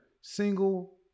single